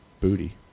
booty